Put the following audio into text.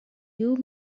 you